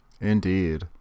Indeed